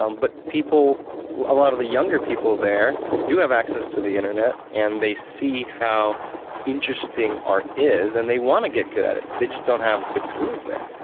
um but people a lot of the younger people there do have access to the internet and they see how interesting art is and they wanna get good at it but they just don't have good schools there.